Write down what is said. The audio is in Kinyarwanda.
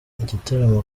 igitaramo